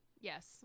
Yes